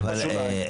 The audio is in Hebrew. שלכם?